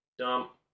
Dump